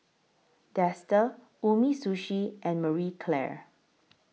Dester Umisushi and Marie Claire